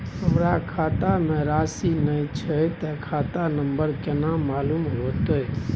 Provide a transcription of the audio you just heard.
हमरा खाता में राशि ने छै ते खाता नंबर केना मालूम होते?